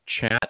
chat